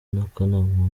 n’akanama